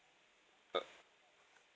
uh